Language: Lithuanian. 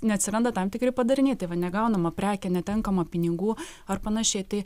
neatsiranda tam tikri padariniai tai va negaunama prekė netenkama pinigų ar panašiai tai